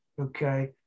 okay